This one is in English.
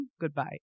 goodbye